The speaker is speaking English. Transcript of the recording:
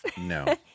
No